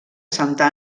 santa